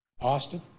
Austin